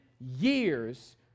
years